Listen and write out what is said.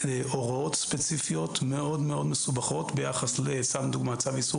הוראות ספציפיות מאוד מאוד מסובכות ביחס לצו איסור